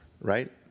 right